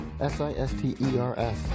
S-I-S-T-E-R-S